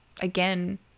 again